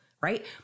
right